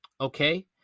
Okay